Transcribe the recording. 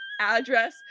address